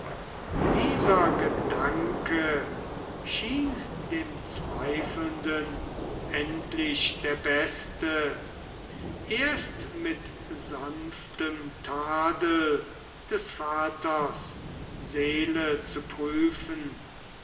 dieser gedanke schien dem zweifelnden endlich der beste erst mit sanftem tadel des vaters seele zu prüfen